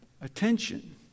attention